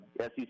SEC